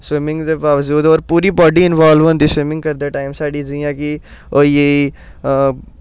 swimming दे बाबजूद होर पूरी बॉडी इन्वाल्ब होंदी स्विमिंग करदै टाइम साढ़ी जियां कि होई गेई